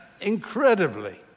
incredibly